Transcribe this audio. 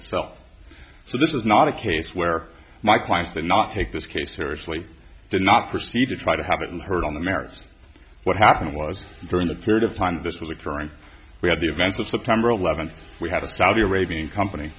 itself so this is not a case where my clients that not take this case seriously did not proceed to try to have it and heard on the merits what happened was during the period of time this was occurring we had the events of september eleventh we had a saudi arabian company